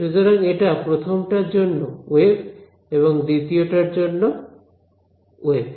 সুতরাং এটা প্রথমটার জন্য ওয়েভ এটা দ্বিতীয় টার জন্য ওয়েভ